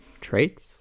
traits